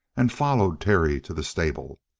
and followed terry to the stable.